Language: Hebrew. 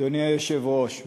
אדוני היושב-ראש,